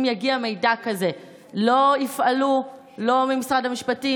אם יגיע מידע כזה לא יפעלו לא ממשרד המשפטים